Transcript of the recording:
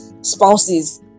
spouses